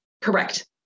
Correct